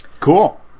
Cool